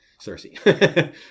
Cersei